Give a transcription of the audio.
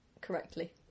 correctly